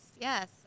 yes